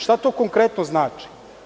Šta to konkretno znači.